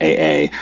AA